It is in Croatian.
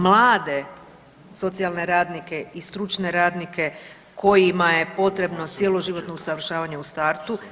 Mlade socijalne radnike i stručne radnike kojima je potrebno cjeloživotno usavršavanje u startu.